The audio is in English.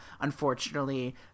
Unfortunately